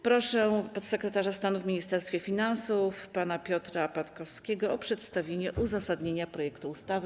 Proszę podsekretarza stanu w Ministerstwie Finansów pana Piotra Patkowskiego o przedstawienie uzasadnienia projektu ustawy.